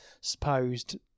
supposed